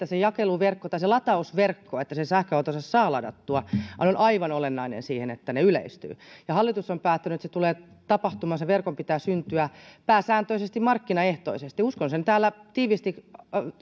se että se latausverkko jotta sen sähköautonsa saa ladattua on aivan olennainen jotta sähköautot yleistyvät hallitus on päättänyt että se tulee tapahtumaan ja sen verkon pitää syntyä pääsääntöisesti markkinaehtoisesti uskon sen täällä tiiviisti